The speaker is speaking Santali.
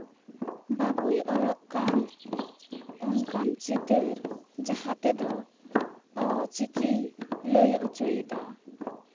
ᱵᱟᱹᱵᱩᱭ ᱚᱞᱚᱜ ᱠᱟᱱ ᱚᱱᱠᱟᱱ ᱪᱤᱛᱟᱹᱨ ᱡᱟᱦᱟᱸ ᱛᱮᱫᱚ ᱚ ᱪᱤᱠᱤ ᱞᱟᱹᱭ ᱦᱚᱪᱚᱭᱮᱫᱟ